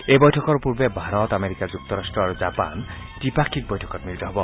এই বৈঠকৰ পূৰ্বে ভাৰত আমেৰিকা যুক্তৰাট্ট আৰু জাপানৰ সৈতে ত্ৰিপাক্ষিক বৈঠকত মিলিত হ'ব